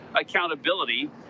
accountability